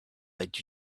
let